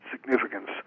significance